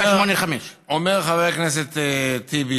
985. אומר חבר הכנסת טיבי,